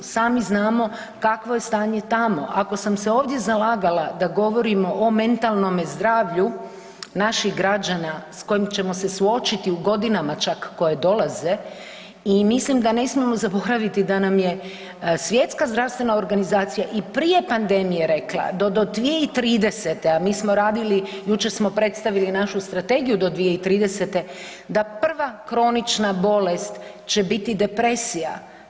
Sami znamo kakvo je stanje tamo, ako sam se ovdje zalagala da govorimo o mentalnome zdravlju naših građana s kojima ćemo se suočiti u godinama čak koje dolaze i mislim da ne smijemo zaboraviti da nam je Svjetska zdravstvena organizacija i prije pandemije rekla da do 2030., a mi smo radili jučer smo predstavili našu strategiju do 2030., da prva kronična bolest će biti depresija.